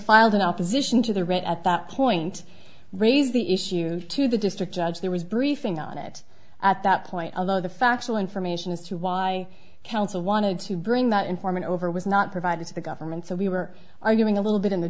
filed an opposition to the right at that point raised the issue to the district judge there was a briefing on it at that point although the factual information as to why counsel wanted to bring that informant over was not provided to the government so we were arguing a little bit in the